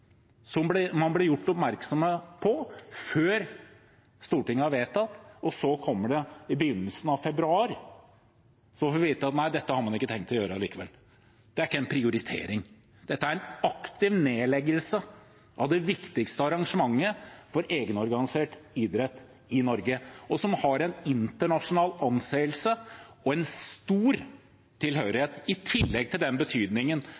man ble gjort oppmerksom på før Stortinget hadde vedtatt. Så får vi vite i begynnelsen av februar at nei, dette har man ikke tenkt å gjøre allikevel. Dette er ikke en prioritering. Dette er en aktiv nedleggelse av det viktigste arrangementet for egenorganisert idrett i Norge, og som har en internasjonal anseelse og en stor tilhørighet, i tillegg til den betydningen